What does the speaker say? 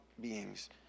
beings